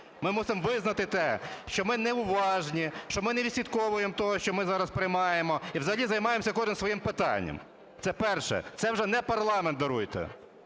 Ми мусимо визнати те, що ми неуважні, що ми не відслідковуємо того, що ми зараз приймаємо, і взагалі займаємося кожен своїм питанням. Це перше. Це вже не парламент, даруйте.